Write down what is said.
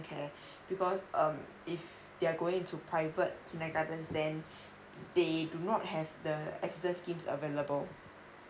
care because um if they are going into private kindergartens then they do not have the assistance schemes available